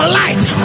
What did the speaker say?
light